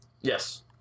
Yes